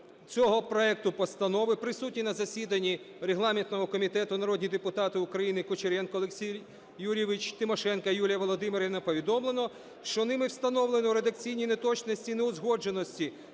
цього проекту постанови – присутні на засіданні регламентного комітету народні депутати України Кучеренко Олексій Юрійович, Тимошенко Юлія Володимирівна – повідомлено, що ними встановлено редакційні неточності і неузгодженості